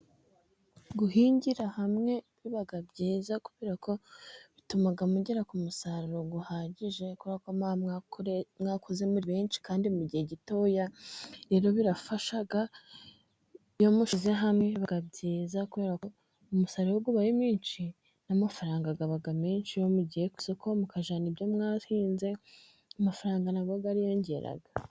Guhingira hamwe biba byiza kubera ko bituma mugera ku musaruro uhagije, kubera ko muba mwakoze muri benshi kandi mu gihe gitoya. Rero birafasha. Iyo mushyize hamwe, biba byiza kubera ko iyo umusaruro ubaye mwinshi, n'amafaranga aba menshi. Iyo mugiye ku isoko mukajyana ibyo mwahinze, amafaranga na yo ariyongera.